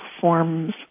forms